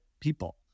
people